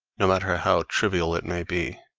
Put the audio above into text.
no matter how trivial it may be